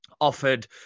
offered